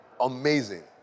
amazing